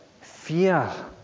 fear